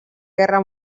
guerra